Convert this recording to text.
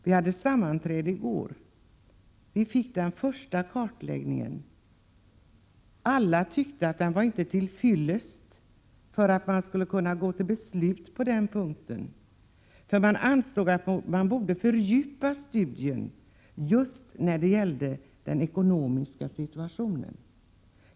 Vi hade ett sammanträde i går och fick då den första kartläggningen. Alla tyckte att den inte var till fyllest för att man skulle kunna gå till beslut på den punkten. Det ansågs att man borde fördjupa studien beträffande just den ekonomiska situationen.